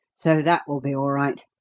so that will be all right.